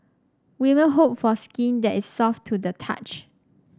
women hope for skin that is soft to the touch